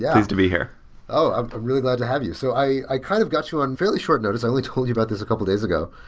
yeah pleased to be here oh! i'm really glad to have you. so i kind of got you on fairly short notice. i only told you about this a couple of days ago,